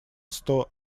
сто